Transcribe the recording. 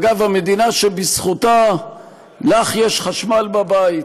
אגב, המדינה שבזכותה לך יש חשמל בבית